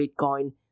Bitcoin